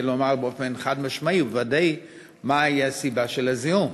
לומר באופן חד-משמעי וודאי מהי הסיבה לזיהום?